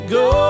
go